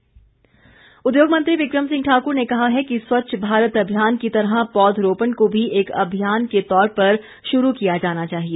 बिक्रम ठाकुर उद्योग मंत्री बिक्रम सिंह ठाक़र ने कहा है कि स्वच्छ भारत अभियान की तरह पौधरोपण को भी एक अभियान के तौर पर शुरू किया जाना चाहिए